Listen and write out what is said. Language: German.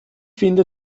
finde